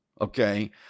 Okay